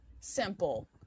simple